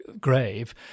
grave